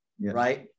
right